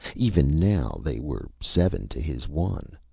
even now, they were seven to his one.